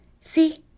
See